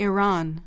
Iran